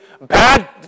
bad